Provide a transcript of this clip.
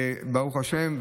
ברוך השם,